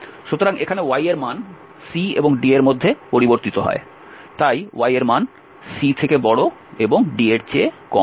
সুতরাং এখানে y এর মান c এবং d এর মধ্যে পরিবর্তিত হয় তাই y এর মান c থেকে বড় এবং d এর চেয়ে কম